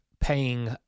paying